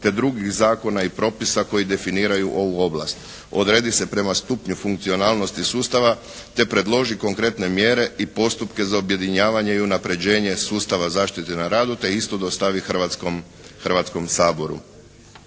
te drugih zakona i propisa koji definiraju ovu oblast. Odredi se prema stupnju funkcionalnosti sustava te predloži konkretne mjere i postupke za objedinjavanje i unapređenje sustava zaštite na radu te isto dostavi Hrvatskom saboru.